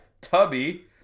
tubby